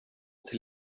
till